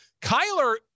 Kyler